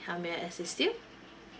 how may I assist you